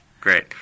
Great